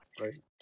Right